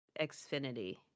Xfinity